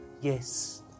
Yes